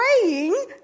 praying